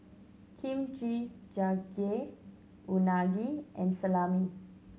Kimchi Jjigae Unagi and Salami